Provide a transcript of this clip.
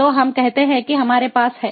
तो हम कहते हैं कि हमारे पास है